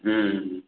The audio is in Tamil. ம்